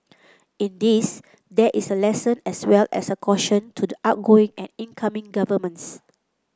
in this there is a lesson as well as a caution to the outgoing and incoming governments